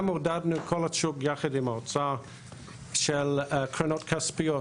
גם עודדנו את כל השוק ביחד עם האוצר של קרנות כספיות,